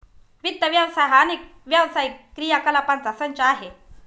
वित्त व्यवसाय हा अनेक व्यावसायिक क्रियाकलापांचा संच आहे